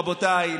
רבותיי,